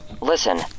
listen